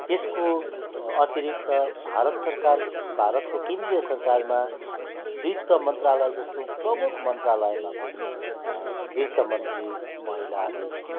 त्यसको अतिरिक्त भारत सरकार भारतको केन्द्रीय सरकारमा वित्य मन्त्रालय जस्तो प्रमुख मन्त्रालयमा पनि वित्यमन्त्री महिला नै छिन्